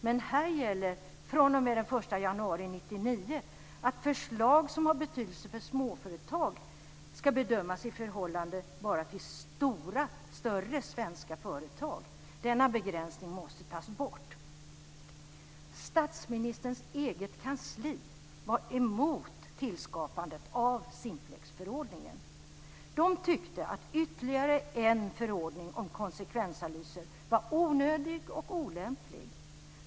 Men här gäller fr.o.m. den 1 januari 1999 att förslag som har betydelse för småföretag ska bedömas bara i förhållande till större svenska företag. Denna begränsning måste tas bort. Statsministerns eget kansli var emot tillskapandet av Simplexförordningen. De tyckte att ytterligare en förordning om konsekvensanalyser var onödigt och olämpligt.